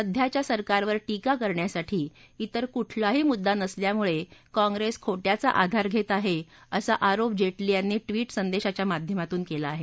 सध्याच्या सरकारवर टीका करण्यासाठी विर कुठलाही मुद्रा नसल्यामुळं काँग्रेस खोट्याचा आधार घेत आहे असा आरोप जेटली यांनी ट्विट संदेशाच्या माध्यमातून केलाय